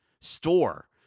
store